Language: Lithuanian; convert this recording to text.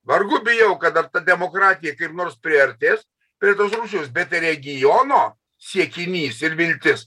vargu bijau kad dar ta demokratija kaip nors priartės prie tos rusijos bet regiono siekinys ir viltis